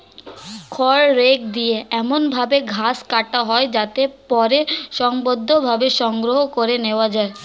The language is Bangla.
খড় রেক দিয়ে এমন ভাবে ঘাস কাটা হয় যাতে তা পরে সংঘবদ্ধভাবে সংগ্রহ করে নেওয়া যায়